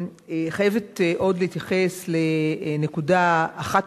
חייבת עוד להתייחס לנקודה אחת,